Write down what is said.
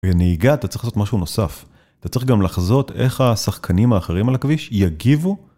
בנהיגה אתה צריך לעשות משהו נוסף. אתה צריך גם לחזות איך השחקנים האחרים על הכביש יגיבו.